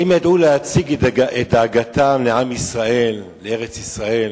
הם ידעו להציג את דאגתם לעם ישראל, לארץ-ישראל,